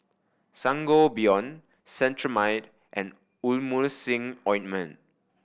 Sangobion Cetrimide and Emulsying Ointment